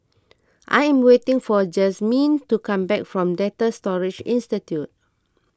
I am waiting for Jazmyn to come back from Data Storage Institute